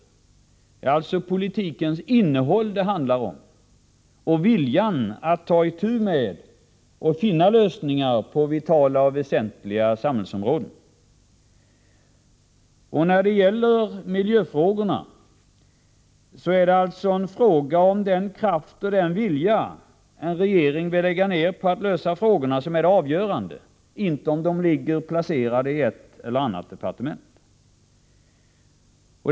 Det handlar alltså om politikens innehåll och om viljan att ta itu med problemen och finna lösningar inom vitala och väsentliga samhällsområden. Vad miljöfrågorna beträffar är det avgörande vilken kraft en regering vill lägga ned på frågorna — inte om frågorna ligger placerade i det eller det departementet.